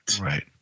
Right